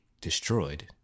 destroyed